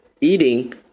eating